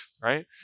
right